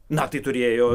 na tai turėjo